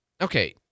okay